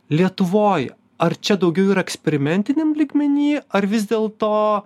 lietuvoje ar čia daugiau yra eksperimentiniam lygmeny ar vis dėl to